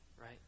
right